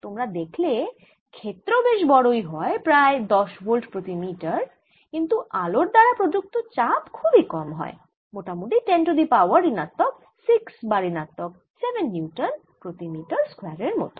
তোমরা দেখলে ক্ষেত্র বেশ বড়ই হয় প্রায় 10 ভোল্ট প্রতি মিটার কিন্তু আলোর দ্বারা প্রযুক্ত চাপ খুবই কম হয় মোটামুটি 10 টু দি পাওয়ার ঋণাত্মক 6 বা ঋণাত্মক 7 নিউটন প্রতি মিটার স্কয়ার এর মতন